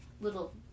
little